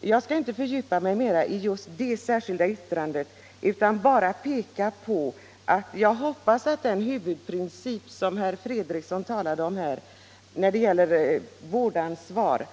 Jag skall emellertid inte fördjupa mig mera i just det här särskilda yttrandet utan bara peka på att jag hoppas att den huvudprincip som herr Fredriksson talade om när det gäller vårdansvar